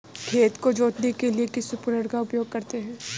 खेत को जोतने के लिए किस उपकरण का उपयोग करते हैं?